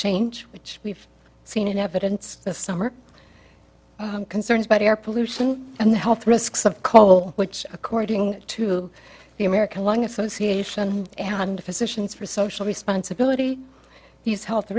change which we've seen in evidence this summer concerns about air pollution and the health risks of coal which according to the american lung association hundred physicians for social responsibility these health